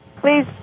please